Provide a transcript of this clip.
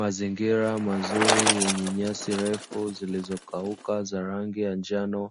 Mazingira mazuri yenye nyasi ndefu zilizo kauka za rangi ya njano